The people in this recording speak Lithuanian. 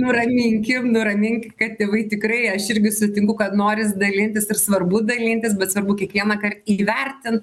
nuraminkim nuramink kad tėvai tikrai aš irgi sutinku kad noris dalintis ir svarbu dalintis bet svarbu kiekvienąkart įvertint